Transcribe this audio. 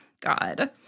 God